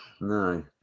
no